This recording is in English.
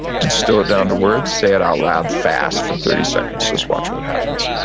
distill it down to words, say it out loud fast for thirty seconds, just watch what happens.